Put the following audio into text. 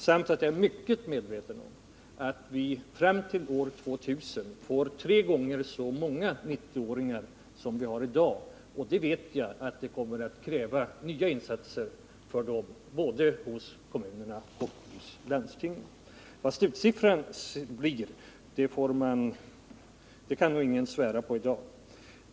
Jag är också mycket medveten om att vi fram till år 2000 får tre gånger så många 90-åringar som vi har i dag. Jag vet att det kommer att kräva nya insatser både från kommunerna och från landstingen. Vilken slutsiffran blir kan nog ingen svära på i dag.